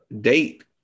date